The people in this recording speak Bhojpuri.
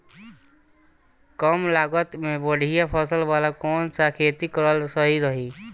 कमलागत मे बढ़िया फसल वाला कौन सा खेती करल सही रही?